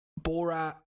Borat